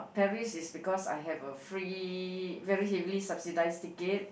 Paris is because I have a free very heavily subsidize ticket